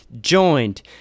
joined